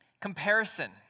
comparison